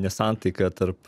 nesantaiką tarp